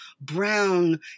brown